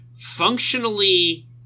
Functionally